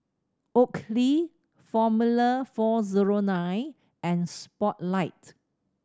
Oakley Formula Four Zero Nine and Spotlight